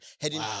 Heading